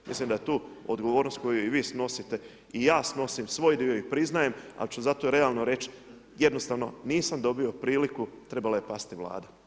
Mislim da je tu odgovornost koju i vi snosite i ja snosim svoj dio i priznajem ali ću zato realno reći, jednostavno nisam dobio priliku, trebala je pasti Vlada.